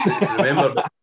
remember